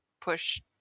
push